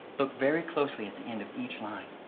look very closely at the end of each line.